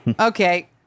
Okay